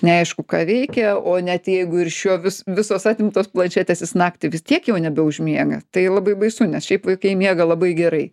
neaišku ką veikia o net jeigu ir iš jo vis visos atimtos planšetės jis naktį vis tiek jau nebeužmiega tai labai baisu nes šiaip vaikai miega labai gerai